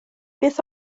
beth